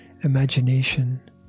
imagination